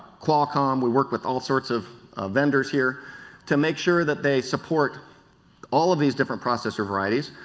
qualcomm, we work with all sorts of vendors here to make sure that they support all of these different processor varietyies.